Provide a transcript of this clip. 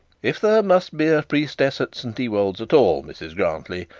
if there must be a priestess at st ewold's at all, mrs grantly,